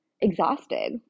exhausted